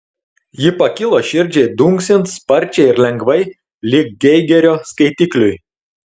ji pakilo širdžiai dunksint sparčiai ir lengvai lyg geigerio skaitikliui